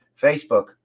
Facebook